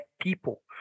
people